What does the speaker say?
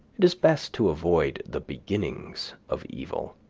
it is best to avoid the beginnings of evil.